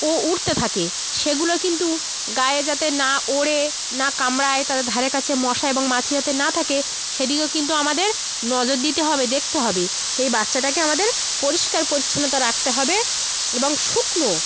ও উড়তে থাকে সেগুলো কিন্তু গায়ে যাতে না ওড়ে না কামড়ায় তাদের ধারে কাছে মশা এবং মাছি যাতে না থাকে সেদিকেও কিন্তু আমাদের নজর দিতে হবে দেখতে হবে এই বাচ্চাটাকে আমাদের পরিষ্কার পরিচ্ছন্নতা রাখতে হবে এবং শুকনো